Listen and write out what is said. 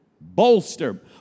Bolster